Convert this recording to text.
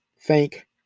thank